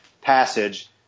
passage